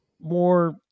more